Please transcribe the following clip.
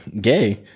gay